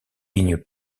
lignes